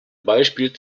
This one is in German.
beispiel